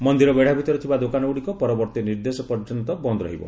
ମନ୍ଦିର ବେତ୍ନା ଭିତରେ ଥିବା ଦୋକାନଗୁଡ଼ିକ ପରବର୍ତ୍ତୀ ନିର୍ଦ୍ଦେଶ ପର୍ଯ୍ୟନ୍ତ ବନ୍ଦ୍ ରହିବ